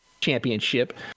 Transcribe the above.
championship